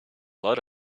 lot